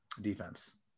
defense